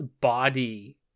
body